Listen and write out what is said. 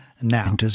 now